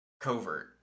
covert